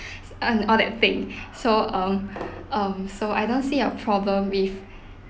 earn all that thing so um um so I don't see a problem with